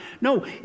No